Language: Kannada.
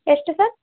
ಎಷ್ಟು ಸರ್